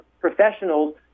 professionals